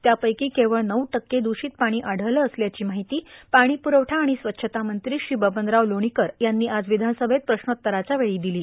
त्यापैकी केवळ नऊ टक्के दूषित पाणी आढळले असल्याची माहिती पाणी पुरवठा आणि स्वच्छता मंत्री श्री बबनराव लोणीकर यांनी आज विधानसभेत प्रश्नोत्तराच्या वेळी दिली